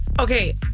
Okay